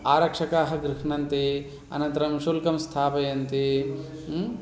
आरक्षकाः गृह्णन्ति अनन्तरं शुल्कं स्थापयन्ति